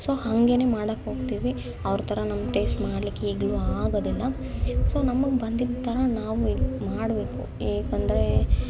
so ಹಾಗೆನೆ ಮಾಡೋಕೆ ಹೋಗ್ತೀವಿ ಅವ್ರ ಥರ ನಮ್ಗೆ ಟೇಸ್ಟ್ ಮಾಡ್ಲಿಕ್ಕೆ ಈಗಲೂ ಆಗೋದಿಲ್ಲ ಸೊ ನಮ್ಗೆ ಬಂದಿದ್ದ ಥರ ನಾವು ಮಾಡಬೇಕು ಏಕೆಂದ್ರೆ